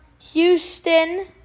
Houston